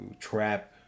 trap